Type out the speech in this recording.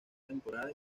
temporada